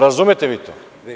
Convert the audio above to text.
Razumete li vi to?